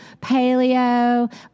paleo